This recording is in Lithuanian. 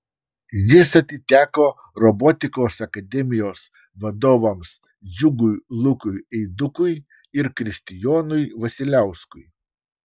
jis atiteko robotikos akademijos vadovams džiugui lukui eidukui ir kristijonui vasiliauskui